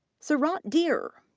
seerat dheer,